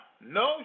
no